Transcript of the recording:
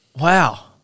wow